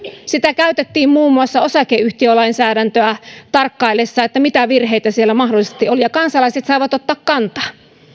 sitä käytettiin muun muassa osakeyhtiölainsäädäntöä tarkkailtaessa mitä virheitä siellä mahdollisesti oli ja kansalaiset saivat ottaa kantaa